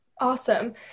awesome